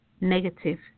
negative